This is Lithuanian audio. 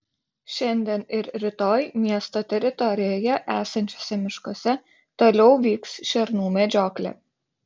šiandien ir rytoj miesto teritorijoje esančiuose miškuose toliau vyks šernų medžioklė